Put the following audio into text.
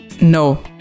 no